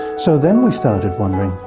so then we started wondering,